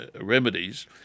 remedies